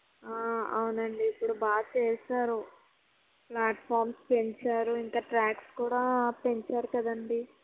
అవునండి ఇప్పుడు బాగా చేసారు ఫ్లాట్ఫార్మ్స్ పెంచారు ఇంక ట్రాక్స్ కూడా పెంచారు కదండి